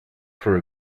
for